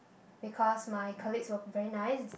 because my colleagues was very nice